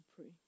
pray